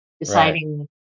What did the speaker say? deciding